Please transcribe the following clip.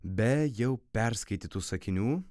be jau perskaitytų sakinių